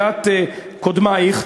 קודמייך,